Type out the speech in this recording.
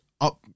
up